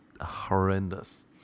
horrendous